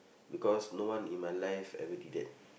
because no one in my life ever did that